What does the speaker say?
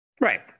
Right